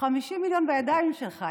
50 מיליון בידיים שלך.